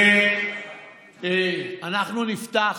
ואנחנו נפתח.